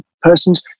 persons